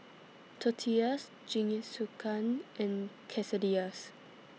Tortillas Jingisukan and